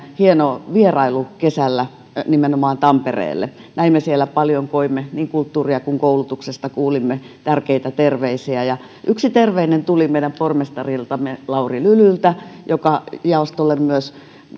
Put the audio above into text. hieno vierailu kesällä nimenomaan tampereelle näimme siellä paljon koimme kulttuuria ja koulutuksesta kuulimme tärkeitä terveisiä yksi terveinen tuli meidän pormestariltamme lauri lylyltä joka jaostolle myös